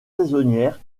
saisonnières